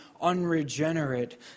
unregenerate